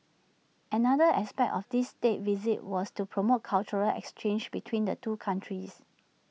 another aspect of this State Visit was to promote cultural exchanges between the two countries